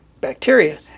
bacteria